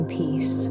peace